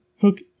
hook